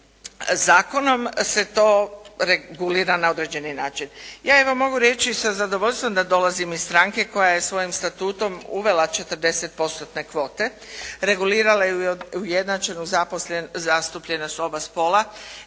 zakonom se to regulira na određeni način. Ja, evo mogu reći sa zadovoljstvom da dolazim iz stranke koja je svojim statutom uvela 40%-tne kvote, regulirala je ujednačenu zastupljenost oba spola